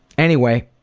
anyway,